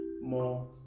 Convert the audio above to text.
more